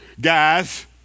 guys